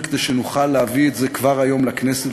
כדי שנוכל להביא את זה כבר היום לכנסת,